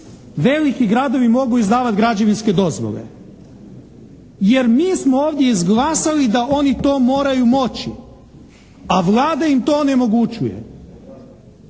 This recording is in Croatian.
veliki gradovi mogu izdavati građevinske dozvole, jer mi smo ovdje izglasali da oni to moraju moći, a Vlada im to onemogućuje.